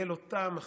יהיה לו טעם אחר.